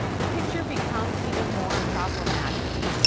the picture becomes even more problematic.